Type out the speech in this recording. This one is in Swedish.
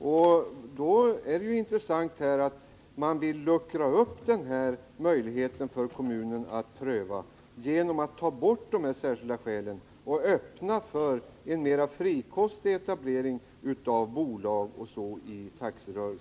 Det är mot denna bakgrund intressant att konstatera att regeringen vill luckra upp kommunens prövningsmöjlighet genom att ta bort kravet på de särskilda skälen och öppna vägen för en mera frikostig etablering av bolag och liknande.